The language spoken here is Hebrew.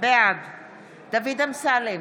בעד דוד אמסלם,